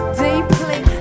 deeply